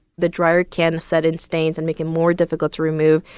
the dryer can set in stains and make it more difficult to remove,